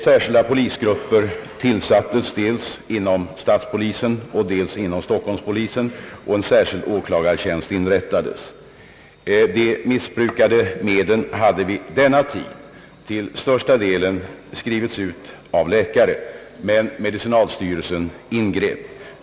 Särskilda polisgrupper tillsattes, dels inom statspolisen och dels inom stockholmspolisen, och en särskild åklagartjänst inrättades. De missbrukade medlen hade vid denna tid till största delen skrivits ut av läkare, men medicinalstyrelsen ingrep.